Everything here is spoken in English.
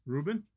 Ruben